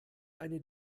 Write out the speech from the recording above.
eine